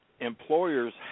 employers